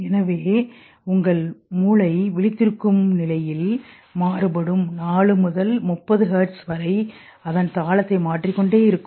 எனவே உங்கள் மூளைபோது விழித்திருக்கும் நிலையில் மாறுபடும் 4 முதல் 30 ஹெர்ட்ஸ் வரைஅதன் தாளத்தை மாற்றிக் கொண்டே இருக்கும்